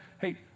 hey